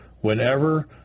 Whenever